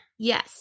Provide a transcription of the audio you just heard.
Yes